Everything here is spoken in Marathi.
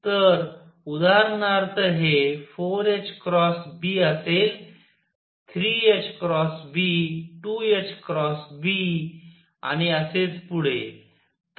तर उदाहरणार्थ हे 4 B असेल 3 B 2 B आणि असेच पुढे